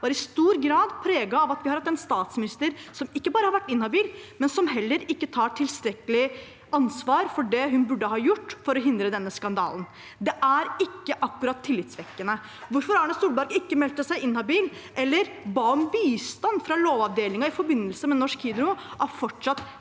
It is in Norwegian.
var i stor grad preget av vi har hatt en statsminister som ikke bare har vært inhabil, men som heller ikke tar tilstrekkelig ansvar for det hun burde ha gjort for å hindre denne skandalen. Det er ikke akkurat tillitvekkende. Hvorfor Erna Solberg ikke meldte seg inhabil eller ba om bistand fra lovavdelingen i forbindelse med Norsk Hydro, er fortsatt